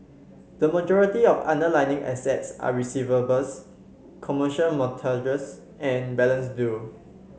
the majority of the underlying assets are receivables commercial mortgages and balances due